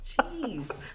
Jeez